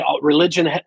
religion